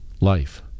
life